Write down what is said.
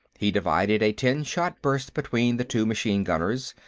he divided a ten-shot burst between the two machine-gunners,